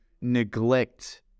neglect